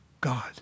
God